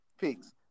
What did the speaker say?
peaks